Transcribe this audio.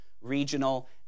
regional